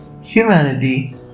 humanity